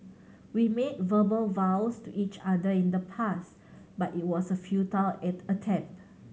we made verbal vows to each other in the past but it was a futile attempt